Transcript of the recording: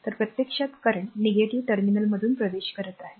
तर प्रत्यक्षात current negative नकारात्मक टर्मिनलमधून प्रवेश करत आहे